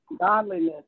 Godliness